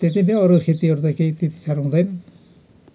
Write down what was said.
त्यति नै हो अरू खेतीहरू त केही त्यति साह्रो हुँदैन